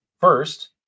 first